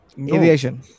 Aviation